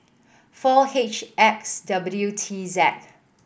four H X W T Z